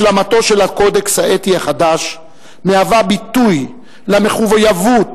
השלמתו של הקודקס האתי החדש מהווה ביטוי למחויבות